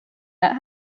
that